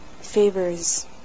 favors